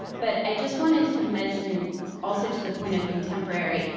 but i just wanted to mention also to the point of contemporary,